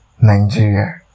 Nigeria